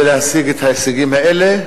ולהשיג את ההישגים האלה.